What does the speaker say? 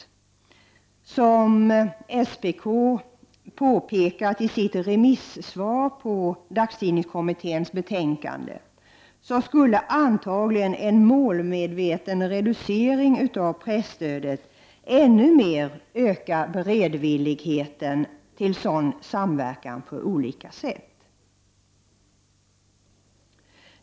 Men som SPK påpekat i sitt remissvar på dagstidningskommitténs betänkande skulle antagligen en målmedveten reducering av presstödet ännu mer öka beredvilligheten till sådan samverkan på olika sätt.